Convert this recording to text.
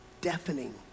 Deafening